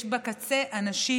יש בקצה אנשים.